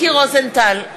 מיקי רוזנטל,